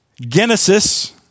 genesis